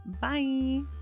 Bye